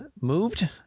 moved